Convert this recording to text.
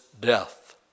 death